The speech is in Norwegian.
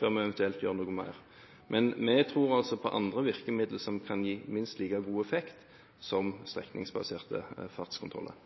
før vi eventuelt gjør noe mer. Men vi tror altså på andre virkemidler, som kan gi minst like god effekt som strekningsbaserte fartskontroller.